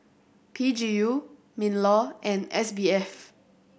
P G U MinLaw and S B F